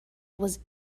was